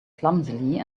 clumsily